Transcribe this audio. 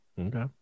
okay